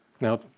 Now